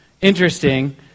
interesting